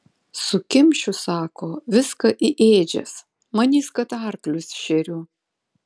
sukimšiu sako viską į ėdžias manys kad arklius šeriu